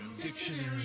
Dictionary